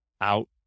out